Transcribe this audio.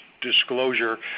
disclosure